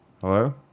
Hello